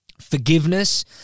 forgiveness